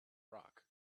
rock